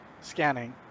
scanning